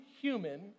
human